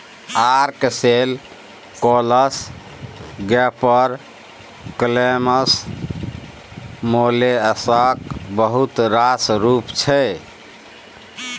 ark shell, cockles, gaper clams मोलेस्काक बहुत रास रुप छै